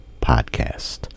podcast